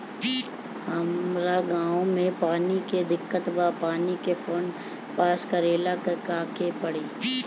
हमरा गॉव मे पानी के दिक्कत बा पानी के फोन्ड पास करेला का करे के पड़ी?